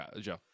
Joe